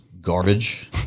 garbage